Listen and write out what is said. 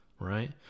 right